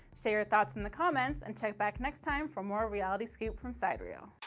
share your thoughts in the comments, and check back next time for more reality scoop from sidereel.